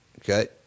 okay